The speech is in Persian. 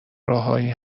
راههایی